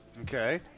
Okay